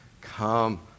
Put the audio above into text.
Come